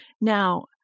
Now